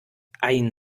ein